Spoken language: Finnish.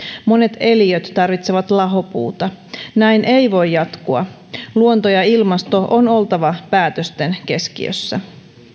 monet eliöt tarvitsevat lahopuuta näin ei voi jatkua luonnon ja ilmaston on oltava päätösten keskiössä